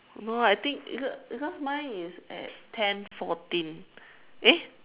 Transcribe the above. no I think because because mine is at ten fourteen eh